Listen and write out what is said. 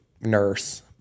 nurse